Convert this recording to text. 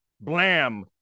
Blam